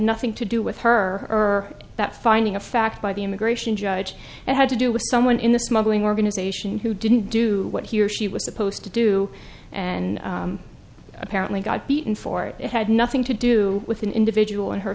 nothing to do with her that finding of fact by the immigration judge it had to do with someone in the smuggling organization who didn't do what he or she was supposed to do and apparently got beaten for it had nothing to do with an individual in her